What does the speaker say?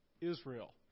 Israel